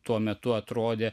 tuo metu atrodė